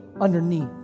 underneath